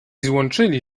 złączyli